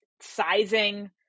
sizing